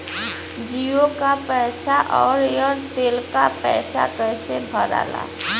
जीओ का पैसा और एयर तेलका पैसा कैसे भराला?